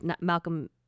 Malcolm